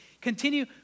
continue